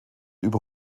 über